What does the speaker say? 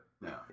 No